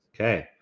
Okay